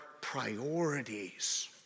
priorities